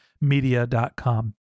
media.com